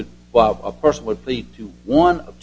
would a person would plead to one of